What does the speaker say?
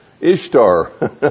Ishtar